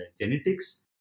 genetics